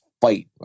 fight